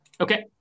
Okay